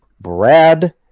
Brad